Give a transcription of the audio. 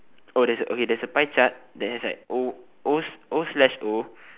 oh there's a okay there's a pie chart there's like O O O slash O